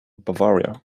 bavaria